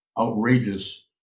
outrageous